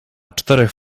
czterech